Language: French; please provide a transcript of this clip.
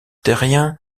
terrien